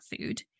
food